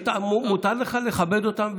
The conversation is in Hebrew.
מותר לך לכבד אותם,